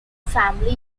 family